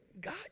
God